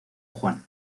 juan